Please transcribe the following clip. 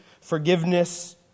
forgiveness